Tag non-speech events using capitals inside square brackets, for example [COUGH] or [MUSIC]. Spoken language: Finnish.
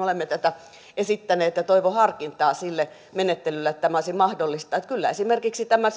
[UNINTELLIGIBLE] olemme tätä esittäneet ja toivon harkintaa sille menettelylle että tämä olisi mahdollista kyllä esimerkiksi tämä